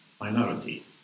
minority